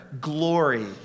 glory